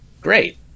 great